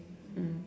mm